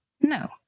No